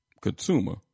consumer